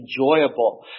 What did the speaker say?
enjoyable